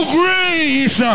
grace